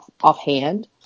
offhand